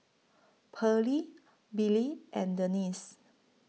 Pearly Billye and Denisse